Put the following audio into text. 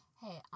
hey